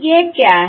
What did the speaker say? यह क्या है